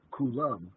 kulam